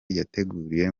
yateguriye